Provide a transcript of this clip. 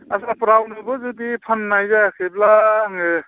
बाजारफोराव नोबो जुदि फान्नाय जायाखैब्ला आङो